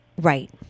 right